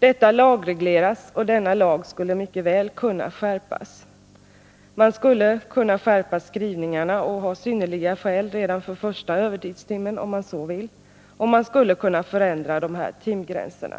Detta är lagreglerat, och denna lag skulle mycket väl kunna skärpas. Man skulle kunna skärpa skrivningarna och ha synnerliga skäl redan för första övertidstimmen, och man skulle kunna ändra timgränserna.